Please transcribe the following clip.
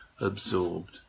absorbed